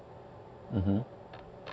mmhmm